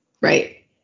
Right